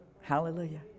Hallelujah